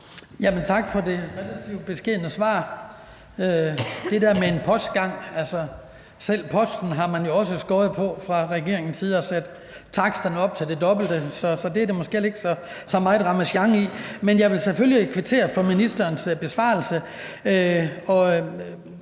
Tak for det relativt beskedne svar. Til det der med en postgang vil jeg sige, at selv posten har man jo skåret ned på fra regeringens side, og man har sat taksterne op til det dobbelte, så det er der måske heller ikke så meget ramasjang i. Men jeg vil selvfølgelig kvittere for ministerens besvarelse.